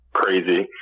crazy